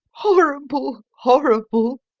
horrible! horrible!